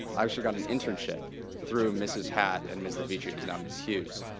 i actually got an internship through mrs. hath and ms. levachu, who's now miss hughes,